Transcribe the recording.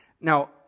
Now